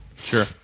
Sure